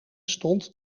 stond